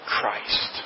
Christ